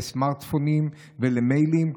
לסמארטפונים ולמיילים,